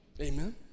amen